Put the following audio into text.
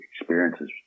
experiences